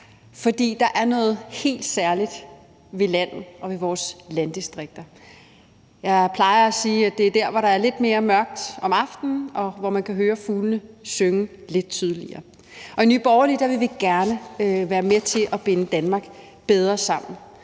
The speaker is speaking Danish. fordi der er noget helt særligt ved landet og ved vores landdistrikter. Jeg plejer at sige, at det er der, hvor der er lidt mere mørkt om aftenen, og hvor man kan høre fuglene synge lidt tydeligere. I Nye Borgerlige vil vi gerne være med til at binde Danmark bedre sammen,